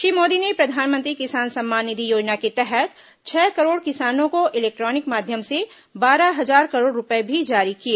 श्री मोदी ने प्रधानमंत्री किसान सम्मान निधि योजना के तहत छह करोड़ किसानों को इलेक्ट्रॉनिक माध्यम से बारह हजार करोड़ रुपये भी जारी किए